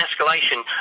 escalation